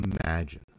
imagine